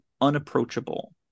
unapproachable